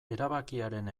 erabakiaren